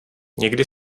někdy